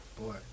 boy